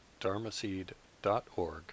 dharmaseed.org